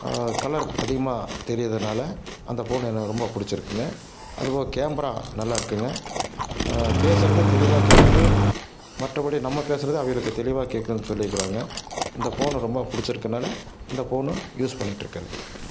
colour அதிகமாக தெரிகிறதுனால அந்த ஃபோன் எனக்கு ரொம்ப பிடிச்சிருக்குங்க அதுவும் கேமரா நல்லா இருக்குதுங்க பேசுவது தெளிவாக கேட்குது மற்றபடி நம்ம பேசுவது அவகளுக்கு தெளிவாக கேட்குதுனு சொல்லிக்கிறாங்க இந்த ஃபோன் ரொம்ப பிடிச்சிருக்கானால இந்த ஃபோனு யூஸ் பண்ணிகிட்டு இருக்கேன்